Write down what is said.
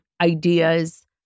ideas